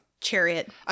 chariot